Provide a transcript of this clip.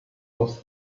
was